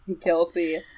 Kelsey